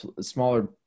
smaller